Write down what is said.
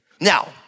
Now